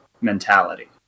mentality